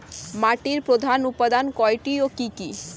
মাটির প্রধান উপাদান কয়টি ও কি কি?